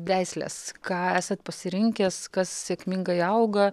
veislės ką esat pasirinkęs kas sėkmingai auga